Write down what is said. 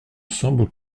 semble